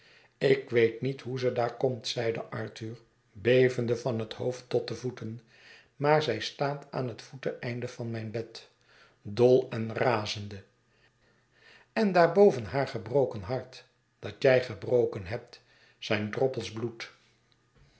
ik weet niet hoe ze daar komt zeide arthur bevende van het hoofd tot de voeten maar zij staat aan het voeteinde van mijn bed dol en razende en daar boven haar gebroken hart dat j ij gebroken hebt zijn droppels bloed